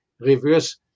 reverse